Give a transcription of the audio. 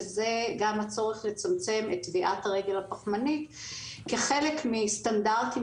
הצורך לצמצם את טביעת הרגל הפחמנית כחלק מסטנדרטים